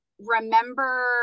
remember